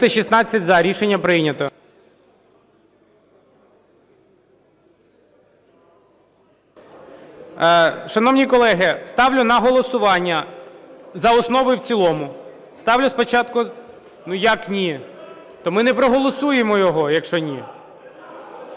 За-316 Рішення прийнято. Шановні колеги, ставлю на голосування за основу і в цілому. Ставлю спочатку... Ну, як ні? То ми не проголосуємо його, якщо ні.